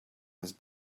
his